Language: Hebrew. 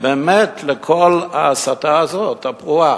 באמת לכל ההסתה הזאת, הפרועה.